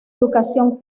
educación